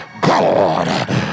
God